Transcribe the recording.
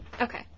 Okay